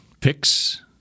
picks